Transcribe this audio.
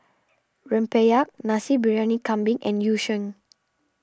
Rempeyek Nasi Briyani Kambing and Yu Sheng